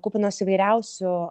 kupinas įvairiausių